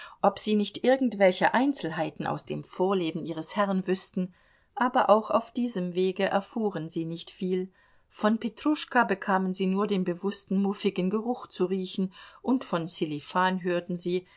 ob sie nicht irgendwelche einzelheiten aus dem vorleben ihres herrn wüßten aber auch auf diesem wege erfuhren sie nicht viel von petruschka bekamen sie nur den bewußten muffigen geruch zu riechen und von sselifan hörten sie